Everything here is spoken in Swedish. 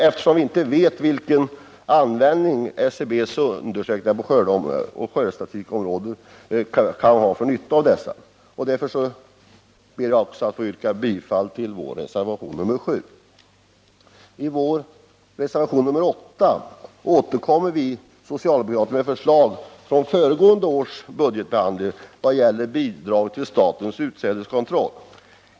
Vi vet ju inte vilken nytta vi kan ha av SCB:s undersökningar på skördeområdet. Därför ber jag också att få yrka bifall till reservationen 7. I reservationen 8 återkommer vi socialdemokrater med förslag från föregående års budgetbehandling i vad gäller bidrag till statens utsädeskontroll.